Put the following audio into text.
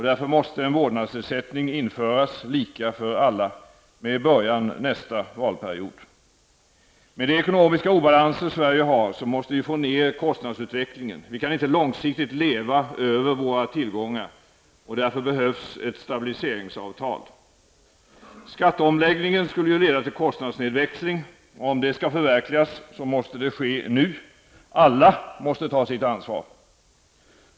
Därför måste en vårdnadsersättning införas, lika för alla, med början nästa valperiod. Med de ekonomiska obalanser Sverige har, måste vi få ner kostnadsutvecklingen. Vi kan inte långsiktigt leva över våra tillgångar. Därför behövs ett stabiliseringsavtal. Skatteomläggningen skulle ju leda till kostnadsnedväxling. Om det ska förverkligas, måste det ske nu. Alla måste ta sitt ansvar.